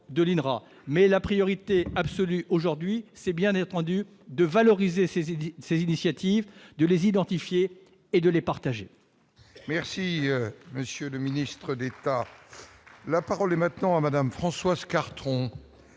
La priorité absolue, aujourd'hui, est bien de valoriser ces initiatives, de les identifier et de les partager